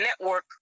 network